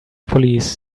police